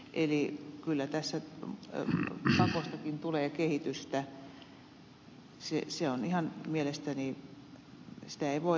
eli kyllä tässä pakostakin tulee kehitystä sitä ei voida estää